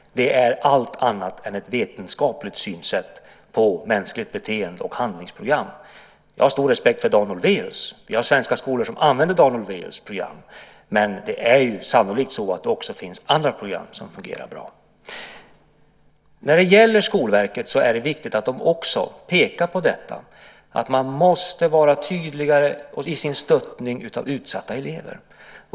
Det är allt annat än ett vetenskapligt synsätt på mänskligt beteende och handlingsprogram. Jag har stor respekt för Dan Olweus. Vi har svenska skolor som använder Dan Olweus program. Men det är sannolikt så att det också finns andra program som fungerar bra. Det är viktigt att Skolverket också pekar på att man måste vara tydligare i sin stöttning av utsatta elever.